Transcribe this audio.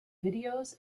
videos